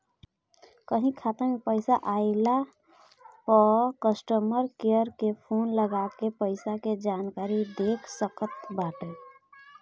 कहीं खाता में पईसा आइला पअ कस्टमर केयर के फोन लगा के पईसा के जानकारी देख सकत बाटअ